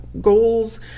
goals